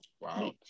Wow